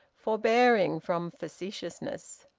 forbearing from facetiousness.